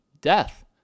death